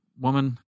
woman